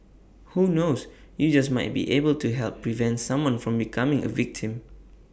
who knows you just might be able to help prevent someone from becoming A victim